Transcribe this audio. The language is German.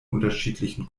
unterschiedlichen